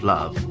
Love